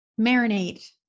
marinate